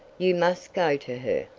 you must go to her.